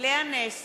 ציון פיניאן, מצביע